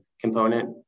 component